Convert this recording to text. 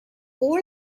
all